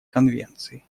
конвенции